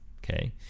Okay